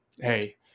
Hey